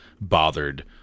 bothered